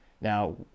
Now